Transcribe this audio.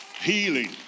healing